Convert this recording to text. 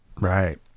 right